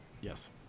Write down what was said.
yes